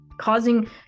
causing